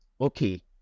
okay